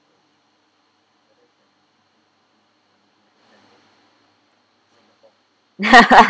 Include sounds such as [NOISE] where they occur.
[LAUGHS]